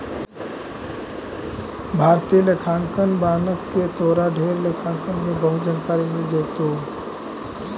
भारतीय लेखांकन मानक में तोरा ढेर लेखांकन के बहुत जानकारी मिल जाएतो